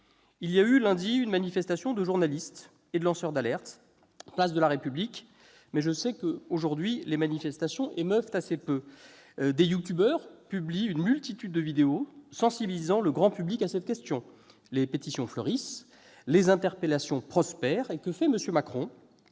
Lundi dernier, une manifestation a rassemblé journalistes et lanceurs d'alerte, place de la République. Mais, de nos jours, les manifestations émeuvent assez peu ... Des youtubeurs publient une multitude de vidéos sensibilisant le grand public à cette question, les pétitions fleurissent, les interpellations prospèrent ... Et que fait M. Macron ?